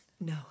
no